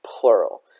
plural